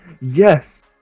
Yes